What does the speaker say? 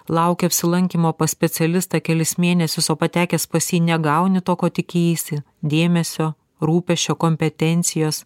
laukia apsilankymo pas specialistą kelis mėnesius o patekęs pas jį negauni to ko tikėjaisi dėmesio rūpesčio kompetencijos